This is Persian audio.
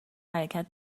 حرکت